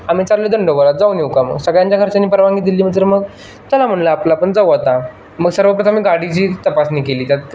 आम्ही चाललो दंडोबाला जाऊन येऊ का मग सगळ्यांच्या घरच्यांनी परवानगी दिली तर मग चला म्हणलं आपलं आपण जाऊ आता मग सर्वप्रथम गाडीची तपासणी केली त्यात